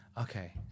Okay